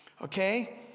okay